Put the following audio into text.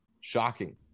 shocking